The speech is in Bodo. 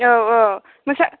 औऔ मोसा